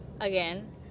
again